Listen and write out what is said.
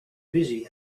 busy